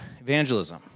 evangelism